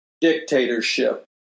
dictatorship